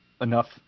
enough